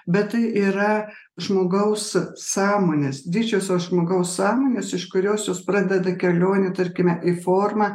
bet tai yra žmogaus sąmonės didžiosios žmogaus sąmonės iš kurios jos pradeda kelionę tarkime į formą